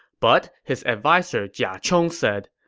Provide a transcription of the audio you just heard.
but his adviser jia chong said,